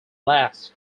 last